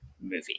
movie